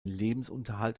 lebensunterhalt